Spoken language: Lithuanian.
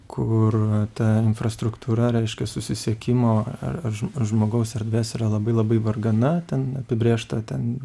kur ta infrastruktūra reiškia susisiekimo ar ž ar žmogaus erdvės yra labai labai vargana ten apibrėžta ten